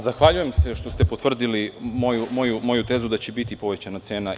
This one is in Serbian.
Zahvaljujem se što ste potvrdili moju tezu da će biti povećana cena.